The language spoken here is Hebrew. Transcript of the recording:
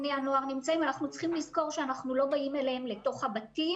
צריך לזכור שאנחנו לא באים אליהם לבתים,